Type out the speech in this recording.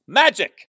magic